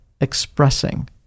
expressing